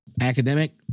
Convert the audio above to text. academic